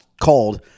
called